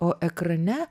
o ekrane